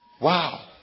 Wow